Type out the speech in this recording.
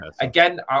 again